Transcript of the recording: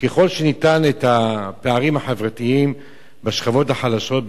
ככל שניתן את הפערים החברתיים בשכבות החלשות,